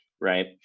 right